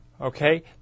Okay